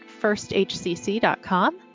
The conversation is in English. firsthcc.com